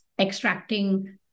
extracting